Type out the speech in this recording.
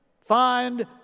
find